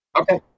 Okay